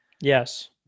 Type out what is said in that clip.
yes